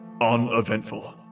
Uneventful